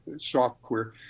software